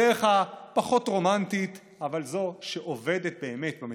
הדרך הפחות-רומנטית, אבל זו שעובדת באמת במציאות.